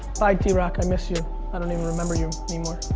bye d-rock i miss you. i don't even remember you any more.